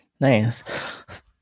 Nice